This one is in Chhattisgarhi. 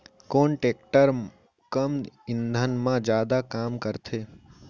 कोन टेकटर कम ईंधन मा जादा काम करथे?